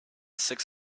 six